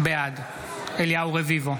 בעד אליהו רביבו,